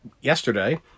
yesterday